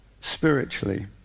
spiritually